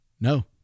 No